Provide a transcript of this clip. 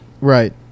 Right